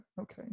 okay